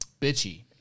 bitchy